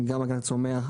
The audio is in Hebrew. גם הגנת הצומח,